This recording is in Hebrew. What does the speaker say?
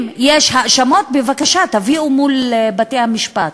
אם יש האשמות, בבקשה, תביאו מול בתי-המשפט.